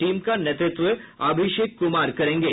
team का नेतृत्व अभिषेक कुमार करेंगे